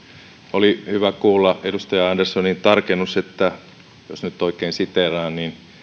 oli hyvä kuulla edustaja anderssonin tarkennus että jos nyt oikein siteeraan